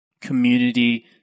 community